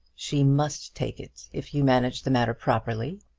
she must take it, if you manage the matter properly,